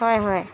হয় হয়